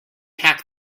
packed